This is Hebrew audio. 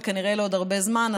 וכנראה לעוד הרבה זמן,